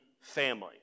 family